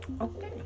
Okay